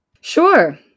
Sure